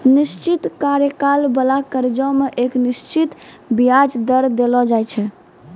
निश्चित कार्यकाल बाला कर्जा मे एक निश्चित बियाज दर देलो जाय छै